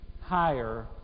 higher